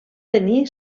tenir